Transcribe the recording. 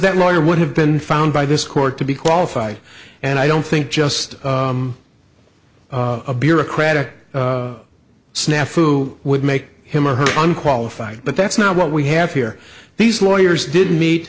that lawyer would have been found by this court to be qualified and i don't think just a bureaucratic snafu would make him or her unqualified but that's not what we have here these lawyers didn't meet